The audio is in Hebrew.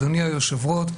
אדוני היושב-ראש,